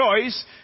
choice